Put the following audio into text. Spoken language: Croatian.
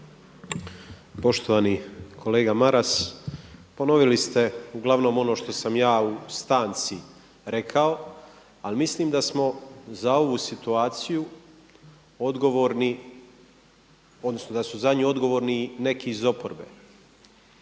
Poštovani kolega Maras, ponovili ste uglavnom ono što sam ja u stanci rekao. Ali mislim da smo za ovu situaciju odgovorni, da su za nju odgovorni neki iz oporbe.